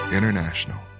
International